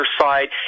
side